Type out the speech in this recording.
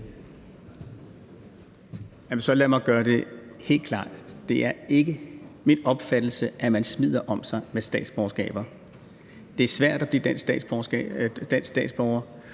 så lad mig gøre det helt klart: Det er ikke min opfattelse, at man smider om sig med statsborgerskaber. Det er svært at blive dansk statsborger,